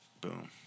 Boom